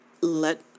let